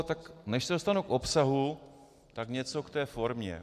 Tak než se dostanu k obsahu, tak něco k té formě.